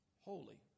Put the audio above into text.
holy